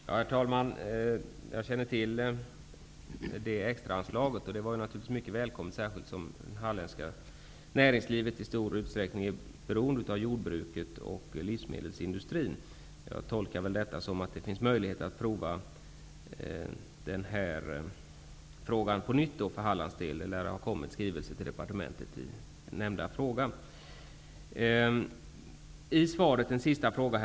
Herr talman! Jag känner till det extraanslaget. Det var naturligtvis mycket välkommet, särskilt som det halländska näringslivet i stor utsträckning är beroende av jordbruket och livsmedelsindustrin. Jag tolkar detta som att det finns möjligheter att pröva denna fråga på nytt för Hallands del. Det lär ha inkommit en skrivelse till departementet i nämnda fråga. Herr talman! Jag vill ställa en sista fråga.